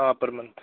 हाँ पर मंथ